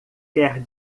quer